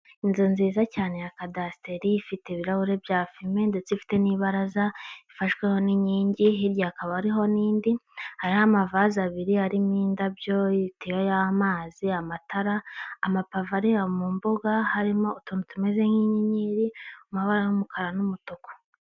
Inzu nziza cyane ya kadasteri ifite ibirahure bya fime ndetse ifite n'ibaraza ifashwe n'inkingi, hirya hakaba ariho n'indi. Hari amavaze abiri arimo indabyo, itiyo y'amazi, amatara, amapava ari mu mbuga harimo utuntu tumeze nk'inyenyeri, amabara y'umukara n'umutuku.